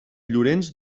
llorenç